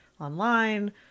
online